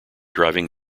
driving